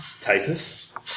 Titus